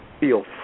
Feel